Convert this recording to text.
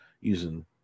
using